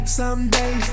someday